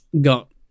got